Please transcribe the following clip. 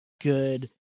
good